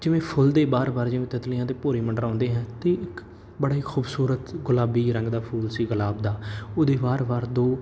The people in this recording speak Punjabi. ਇੱਕ ਜਿਵੇਂ ਫੁੱਲ ਦੇ ਵਾਰ ਵਾਰ ਜਿਵੇਂ ਤਿਤਲੀਆਂ ਅਤੇ ਭੋਰੇ ਮੰਡਰਾਉਂਦੇ ਹੈ ਅਤੇ ਇੱਕ ਬੜਾ ਹੀ ਖੂਬਸੂਰਤ ਗੁਲਾਬੀ ਰੰਗ ਦਾ ਫੁੱਲ ਸੀ ਗੁਲਾਬ ਦਾ ਉਹਦੇ ਵਾਰ ਵਾਰ ਦੋ